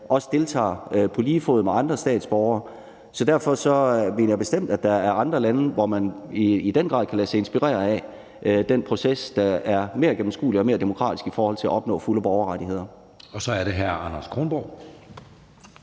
også deltager på lige fod med andre statsborgere. Så derfor mener jeg bestemt, at der er andre lande, hvor man i den grad kan lade sig inspirere af en proces, der er mere gennemskuelig og mere demokratisk i forhold til at opnå fulde borgerrettigheder.